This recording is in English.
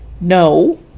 no